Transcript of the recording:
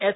S